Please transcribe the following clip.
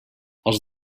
els